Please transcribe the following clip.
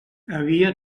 havia